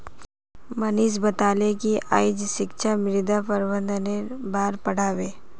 मनीष बताले कि आइज शिक्षक मृदा प्रबंधनेर बार पढ़ा बे